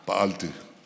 פעלתי.